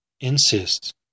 insists